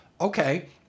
okay